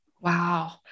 Wow